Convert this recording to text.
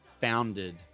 founded